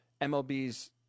MLB's